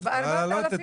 ו-4000 --- בסדר,